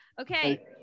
Okay